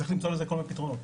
צריך למצוא לזה כל מיני פתרונות.